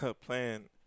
playing